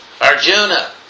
Arjuna